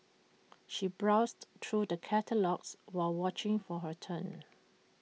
she browsed through the catalogues while watching for her turn